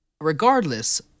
Regardless